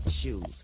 shoes